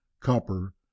copper